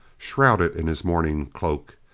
shrouded in his mourning cloak,